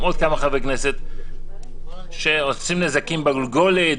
עוד כמה חברי כנסת שעושים נזקים בגולגולת,